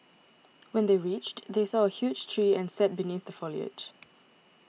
when they reached they saw a huge tree and sat beneath the foliage